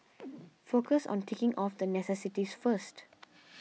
focus on ticking off the necessities first